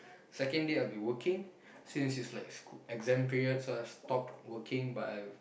second day I'll be working since it's like sc~ exam period so I stop working but I